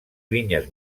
vinyes